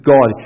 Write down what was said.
God